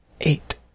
Eight